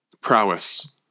prowess